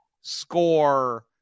score